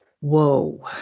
Whoa